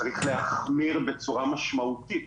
צריך להחמיר בצורה משמעותית,